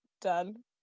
done